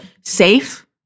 safe